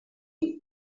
huit